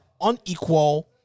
unequal